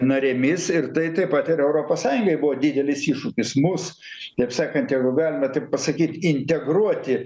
narėmis ir tai taip pat ir europos sąjungai buvo didelis iššūkis mus kaip sakant jeigu galima taip pasakyt integruoti